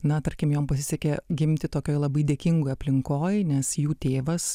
na tarkim jom pasisekė gimti tokioj labai dėkingoj aplinkoj nes jų tėvas